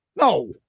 No